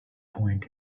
point